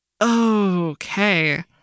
Okay